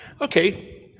okay